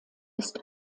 ist